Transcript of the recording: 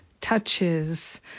touches